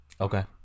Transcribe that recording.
Okay